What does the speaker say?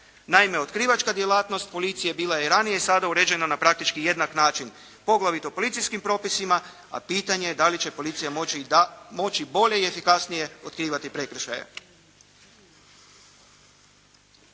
Naime, otkrivačka djelatnost policije bila je i ranije i sada uređena na praktički jednak način poglavito policijskim propisima, a pitanje da li će policija moći bolje i efikasnije otkrivati prekršaje.